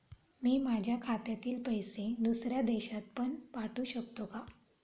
मी माझ्या खात्यातील पैसे दुसऱ्या देशात पण पाठवू शकतो का?